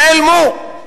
נעלמו.